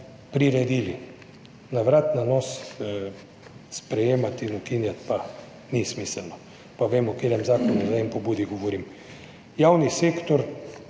priredili, na vrat na nos sprejemati in ukinjati, pa ni smiselno, pa vemo, o katerem zakonu in pobudi govorim. Javni sektor.